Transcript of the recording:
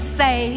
say